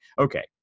okay